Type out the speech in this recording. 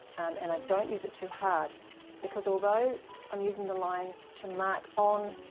and i don't use it too hard because although i'm using the lines to mark on